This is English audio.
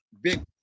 big